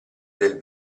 del